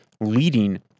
leading